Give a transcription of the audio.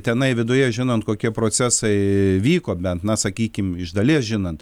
tenai viduje žinant kokie procesai vyko bent na sakykim iš dalies žinant